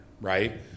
Right